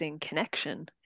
connection